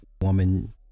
woman